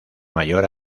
mayor